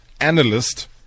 analyst